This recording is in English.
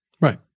Right